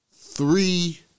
three